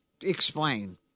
explain